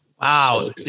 Wow